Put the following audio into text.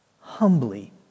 Humbly